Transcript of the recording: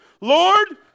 Lord